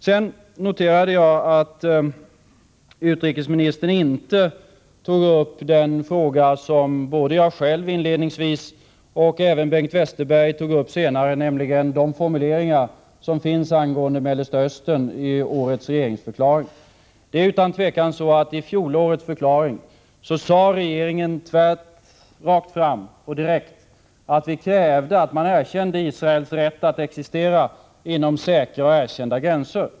Jag noterade att utrikesministern inte nämnde den fråga som både jag själv inledningsvis och senare även Bengt Westerberg tog upp, nämligen de formuleringar som i årets regeringsförklaring finns angående Mellersta Östern. I fjolårets förklaring sade regeringen utan tvivel rakt ut, direkt, att vi krävde ett erkännande av Israels rätt att existera inom säkra och erkända gränser.